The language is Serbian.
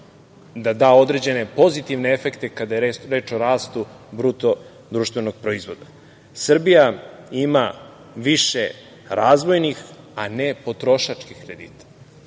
da da određene pozitivne efekte kada je reč o rastu BDP. Srbija ima više razvojnih a ne potrošačkih kredita.